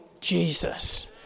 Jesus